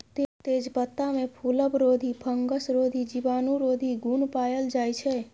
तेजपत्तामे फुलबरोधी, फंगसरोधी, जीवाणुरोधी गुण पाएल जाइ छै